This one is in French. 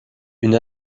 une